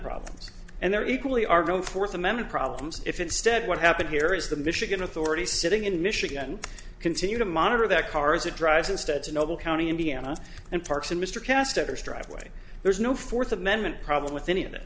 problems and they're equally our growth fourth amendment problems if instead what happened here is the michigan authorities sitting in michigan continue to monitor their cars it drives instead to noble county indiana and parks and mr caster's driveway there's no fourth amendment problem with any of th